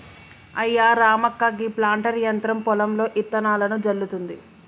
అయ్యా రామక్క గీ ప్లాంటర్ యంత్రం పొలంలో ఇత్తనాలను జల్లుతుంది